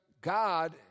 God